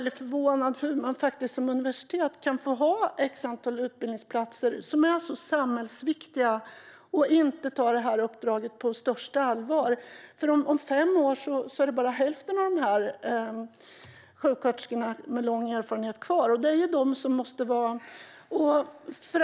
Det förvånar mig hur man som universitet kan ha ett antal samhällsviktiga utbildningsplatser och inte ta det uppdraget på största allvar. Om fem år är det bara hälften av sjuksköterskor med lång erfarenhet kvar.